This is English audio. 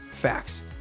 facts